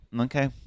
Okay